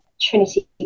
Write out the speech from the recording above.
Trinity